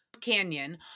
Canyon